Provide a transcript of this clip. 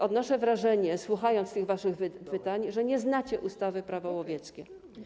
Odnoszę wrażenie, słuchając tych waszych pytań, że nie znacie ustawy - Prawo łowieckie.